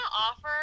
offer